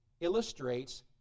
illustrates